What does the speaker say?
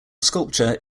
sculpture